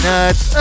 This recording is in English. Nuts